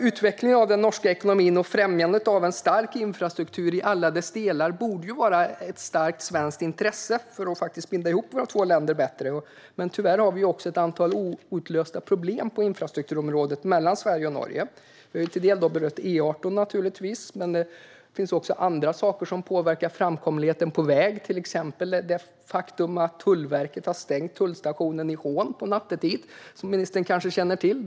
Utvecklingen av den norska ekonomin och främjandet av en stark infrastruktur i alla delar borde vara ett starkt svenskt intresse för att binda ihop våra två länder bättre. Men tyvärr finns det ett antal olösta problem på infrastrukturområdet mellan Sverige och Norge. Vi har berört E18, men det finns även andra saker som påverkar framkomligheten på väg. Till exempel har Tullverket stängt tullstationen i Hån under nattetid, som ministern kanske känner till.